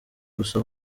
gusa